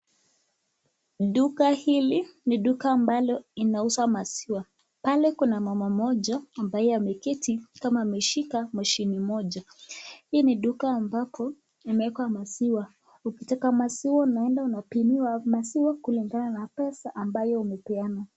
Duka hili ni duka ambalo inauza maziwa pale kuna mama mmoja ambaye ameketi kama ameshika mashini moja hii ni duka ambako imewekwa maziwa ukitaka maziwa unaenda unapimiwa maziwa kulingana na pesa ambayo umepeana.